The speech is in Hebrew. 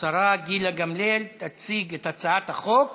השרה גילה גמליאל תציג את הצעת החוק